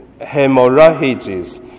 hemorrhages